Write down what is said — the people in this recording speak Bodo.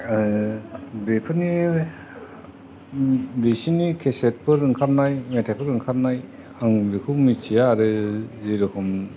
बेफोरनि बिसिनि केसेट फोर ओंखारनाय मेथाइफोर ओंखारनाय आं बिखौ मिथिया आरो जेर'खम